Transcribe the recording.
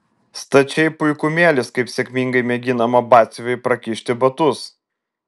stačiai puikumėlis kaip sėkmingai mėginama batsiuviui prakišti batus